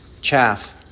chaff